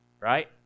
Right